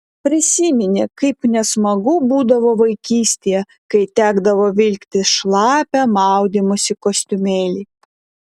prisiminė kaip nesmagu būdavo vaikystėje kai tekdavo vilktis šlapią maudymosi kostiumėlį